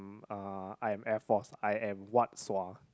uh I am Air-Force I am what sua